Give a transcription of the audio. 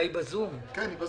היא בזום.